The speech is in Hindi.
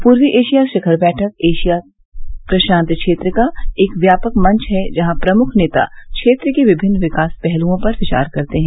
पूर्वी एशिया शिखर बैठक एशिया प्रशान्त क्षेत्र का एक व्यापक मंच है जहां प्रमुख नेता क्षेत्र के विभिन्न विकास पहलुओं पर विचार करते हैं